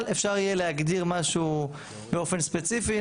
אבל אפשר יהיה להגדיר משהו באופן ספציפי.